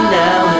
now